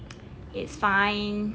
it's fine